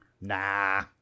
Nah